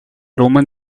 roman